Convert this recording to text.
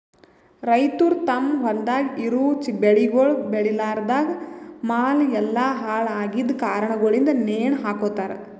ರೈತುರ್ ತಮ್ ಹೊಲ್ದಾಗ್ ಇರವು ಬೆಳಿಗೊಳ್ ಬೇಳಿಲಾರ್ದಾಗ್ ಮಾಲ್ ಎಲ್ಲಾ ಹಾಳ ಆಗಿದ್ ಕಾರಣಗೊಳಿಂದ್ ನೇಣ ಹಕೋತಾರ್